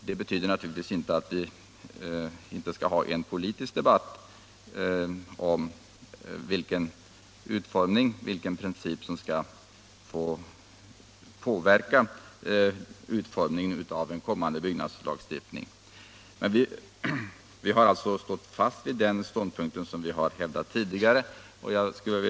Det betyder naturligtvis inte att det inte skall föras en politisk debatt om vilka principer som skall få påverka utformningen av en kommande bygglagstiftning. Vi har alltså stått fast vid vår tidigare ståndpunkt.